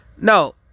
No